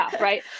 Right